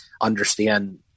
understand